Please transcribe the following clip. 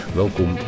welkom